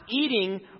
eating